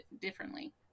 differently